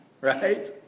Right